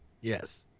Yes